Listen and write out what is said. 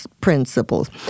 principles